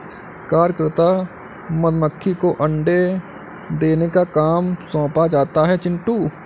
कार्यकर्ता मधुमक्खी को अंडे देने का काम सौंपा जाता है चिंटू